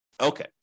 Okay